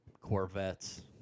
Corvettes